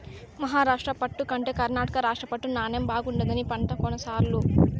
మహారాష్ట్ర పట్టు కంటే కర్ణాటక రాష్ట్ర పట్టు నాణ్ణెం బాగుండాదని పంటే కొన్ల సారూ